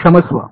क्षमस्व